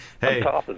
Hey